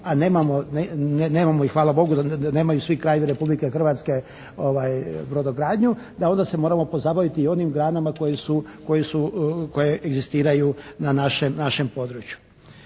nemamo ih hvala Bogu, nemaju svi krajevi Republike Hrvatske brodogradnju da onda se moramo pozabaviti i onim granama koje su, koje egzistiraju na našem području.